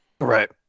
Right